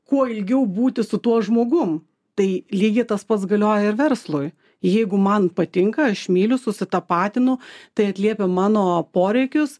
kuo ilgiau būti su tuo žmogum tai lygiai tas pats galioja ir verslui jeigu man patinka aš myliu susitapatinu tai atliepia mano poreikius